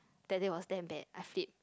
that day was damn bad I flip